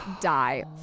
die